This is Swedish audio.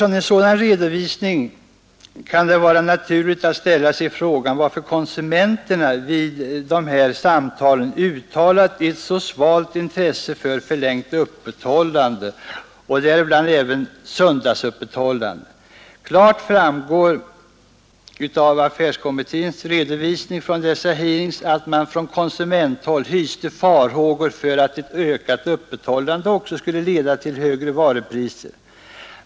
Efter en sådan här redovisning kan det vara naturligt att fråga sig varför konsumenterna vid dessa samtal uttalade ett så svagt intresse för förlängt öppethållande och även söndagsöppethållande. Det framgår klart av affärstidskommitténs redovisning från dessa hearings att man från konsumenthåll hyste farhågor för att ett ökat öppethållande också skulle leda till högre varupriser.